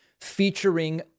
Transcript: featuring